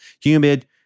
humid